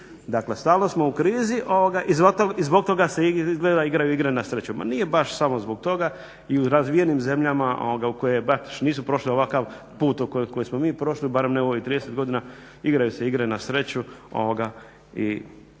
Dakle, stalno smo u krizi i zbog toga se izgleda igraju igre na sreću. Ma nije baš samo zbog toga, i u razvijenim zemljama koje nisu prošle ovakav put koji smo mi prošli, barem ne u ovih 30 godina igraju se igre na sreću